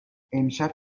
امشب